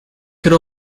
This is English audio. could